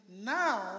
now